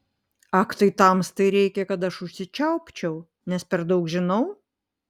ak tai tamstai reikia kad aš užsičiaupčiau nes per daug žinau